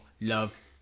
love